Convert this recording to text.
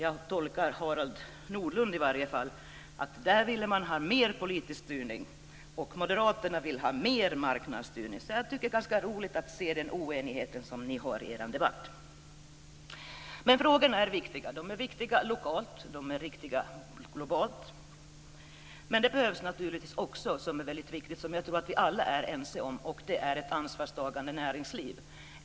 Jag tolkar Harald Nordlund i varje fall så att han ville ha mer politisk styrning, men moderaterna vill ha mer marknadsstyrning. Det är ganska roligt att se den oenighet ni har i er debatt. Men de här frågorna är viktiga lokalt och globalt. Det behövs också, något som jag tror att vi alla är ense om, ett ansvarstagande näringsliv.